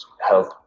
help